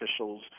officials